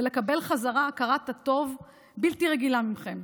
ולקבל חזרה הכרת הטוב בלתי רגילה מכם.